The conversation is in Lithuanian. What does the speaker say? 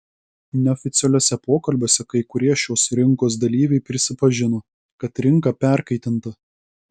neoficialiuose pokalbiuose kai kurie šios rinkos dalyviai prisipažino kad rinka perkaitinta